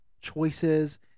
choices